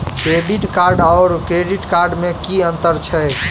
Debit card आओर credit card मे की अन्तर छैक?